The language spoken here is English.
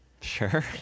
Sure